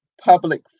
public